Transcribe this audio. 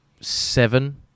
seven